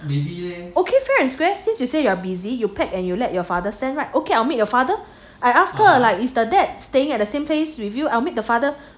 okay fair and square since you say you are busy you pack and you let your father send right okay I'll meet your father I ask her like it's the dad staying at the same place with you I'll meet the father